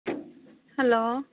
hello